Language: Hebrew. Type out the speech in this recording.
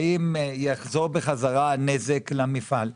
האם יחזור חזרה הנזק למפעל.